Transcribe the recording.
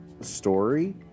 story